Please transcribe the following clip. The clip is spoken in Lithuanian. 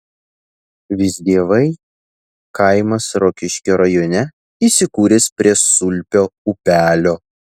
visdievai kaimas rokiškio rajone įsikūręs prie sulpio upelio